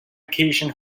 occasion